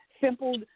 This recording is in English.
simple